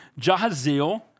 Jahaziel